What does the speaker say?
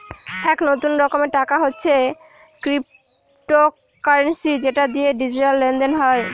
এক নতুন রকমের টাকা হচ্ছে ক্রিপ্টোকারেন্সি যেটা দিয়ে ডিজিটাল লেনদেন হয়